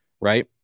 right